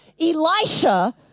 Elisha